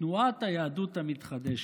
לתנועת היהדות המתחדשת.